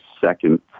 second